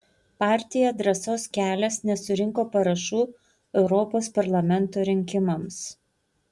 partija drąsos kelias nesurinko parašų europos parlamento rinkimams